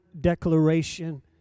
declaration